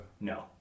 No